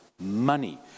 money